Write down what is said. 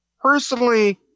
Personally